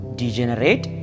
degenerate